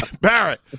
Barrett